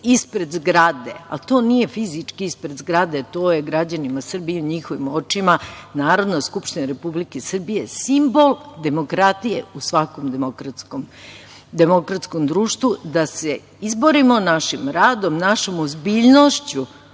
ispred zgrade, a to nije fizički ispred zgrade, to je građanima Srbije u njihovim očima Narodna skupština Republike Srbije simbol demokratije u svakom demokratskom društvu, da se izborimo našim radom, našom ozbiljnošću,